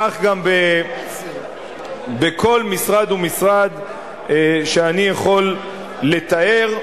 כך גם בכל משרד ומשרד שאני יכול לתאר,